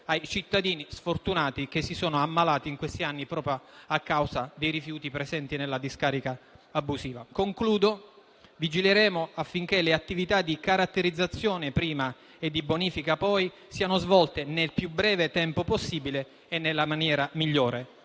ai cittadini sfortunati che si sono ammalati in questi anni proprio a causa dei rifiuti presenti nella discarica abusiva. Concludo. Vigileremo affinché le attività, di caratterizzazione prima e di bonifica poi, siano svolte nel più breve tempo possibile e nella maniera migliore.